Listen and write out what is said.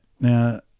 Now